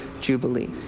jubilee